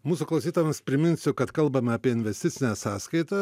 mūsų klausytojams priminsiu kad kalbame apie investicinę sąskaitą